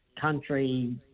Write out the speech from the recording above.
country